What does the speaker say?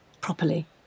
properly